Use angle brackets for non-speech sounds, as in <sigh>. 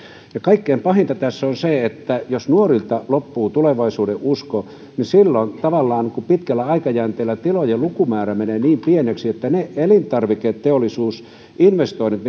kaikkein pahinta tässä on se että jos nuorilta loppuu tulevaisuudenusko niin silloin tavallaan pitkällä aikajänteellä tilojen lukumäärä menee niin pieneksi että elintarviketeollisuusinvestoinnit <unintelligible>